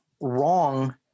wrong